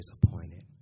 disappointed